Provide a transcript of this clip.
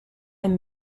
and